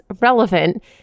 relevant